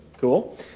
cool